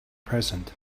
present